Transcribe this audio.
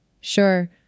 Sure